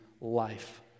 life